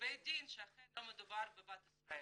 לבית הדין שאכן לא מדובר בבת ישראל".